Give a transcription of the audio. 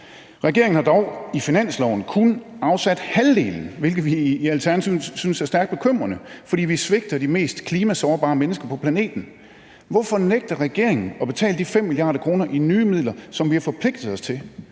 Regeringen har dog i finansloven kun afsat halvdelen, hvilket vi i Alternativet synes er stærkt bekymrende, fordi vi svigter de mest klimasårbare mennesker på planeten. Hvorfor nægter regeringen at betale de 5 mia. kr. i nye midler, som vi har forpligtet os til,